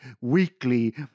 weekly